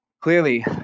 clearly